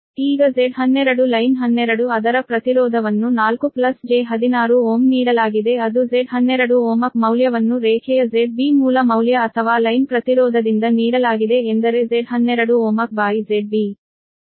ಈಗ Z12 line 12 ಅದರ ಪ್ರತಿರೋಧವನ್ನು 4 j16 Ω ನೀಡಲಾಗಿದೆ ಅದು Z12ohmic ಮೌಲ್ಯವನ್ನು ರೇಖೆಯ ZB ಮೂಲ ಮೌಲ್ಯ ಅಥವಾ ಲೈನ್ ಪ್ರತಿರೋಧದಿಂದ ನೀಡಲಾಗಿದೆ ಎಂದರೆ Z12 ohmicZB